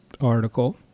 article